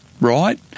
right